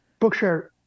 Bookshare